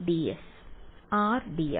വിദ്യാർത്ഥി R D R